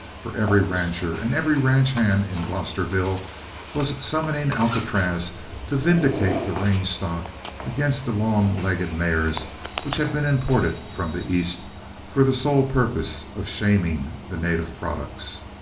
for every rancher and every ranch-hand in glosterville was summoning alcatraz to vindicate the range-stock against the long-legged mares which had been imported from the east for the sole purpose of shaming the native products.